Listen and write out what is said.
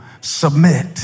Submit